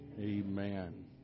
Amen